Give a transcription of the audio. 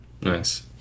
Nice